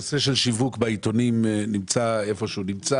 הנושא של שיווק בעיתונים נמצא היכן שהוא נמצא